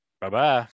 Bye-bye